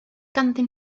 ganddyn